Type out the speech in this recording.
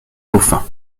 dauphins